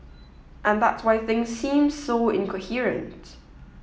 and that's why things seem so incoherent